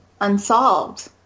Unsolved